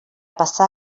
passar